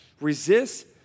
Resist